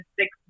six